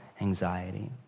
anxiety